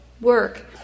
work